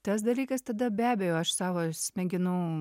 tas dalykas tada be abejo aš savo smegenų